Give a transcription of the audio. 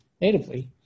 natively